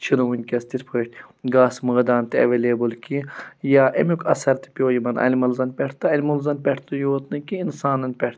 چھِنہٕ وُنٛکیٚس تِتھ پٲٹھۍ گاسہٕ مٲدان تہِ ایٚوَلیبٕل کیٚنٛہہ یا اَمیٛک اثر تہِ پیٛوو یِمَن انمٕلزَن پٮ۪ٹھ تہٕ اَنمٕلزَن پٮ۪ٹھٕے یوت نہٕ کیٚنٛہہ اِنسانَن پٮ۪ٹھ تہِ